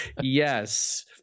yes